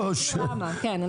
כן.